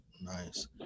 Nice